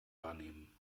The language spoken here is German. wahrnehmen